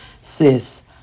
Sis